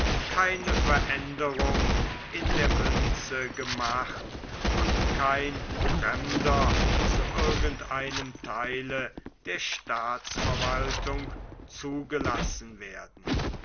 keine veränderung in der münze gemacht und kein fremder zu irgend einem theile der staatsverwaltung zugelassen werden